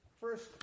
first